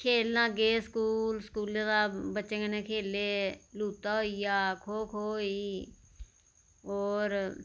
खेलना गे स्कूल स्कूला दा बच्चें कन्नै खैले लूत्ता होई गेआ खो खो होई गेई और